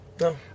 No